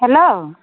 hello